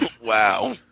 Wow